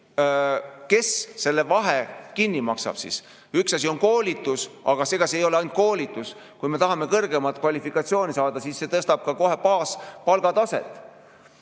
kes selle vahe kinni maksab. Üks asi on koolitus, aga ega see ei ole ainult koolitus. Kui me tahame kõrgemat kvalifikatsiooni saada, siis see tõstab kohe baaspalgataset.